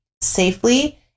safely